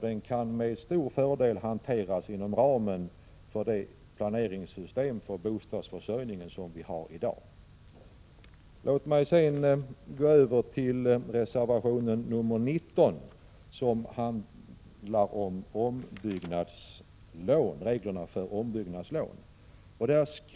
Den kan med stor fördel hanteras inom ramen för det planeringssystem för bostadsförsörjningen som vi i dag har. Sedan skall jag gå över till reservation nr 19, som handlar om reglerna för ombyggnadslån.